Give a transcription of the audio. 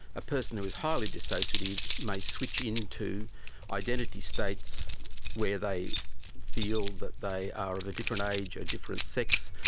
a person who is highly dissociative may switch into identity states where they feel that they are of a different age, a different sex,